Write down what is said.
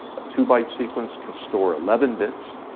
a two by sequence can store eleven bits,